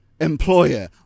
Employer